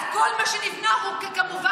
אז כל מה שנבנה הוא כמובן,